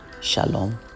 Shalom